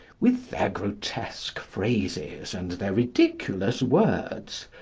with their grotesque phrases and their ridiculous words.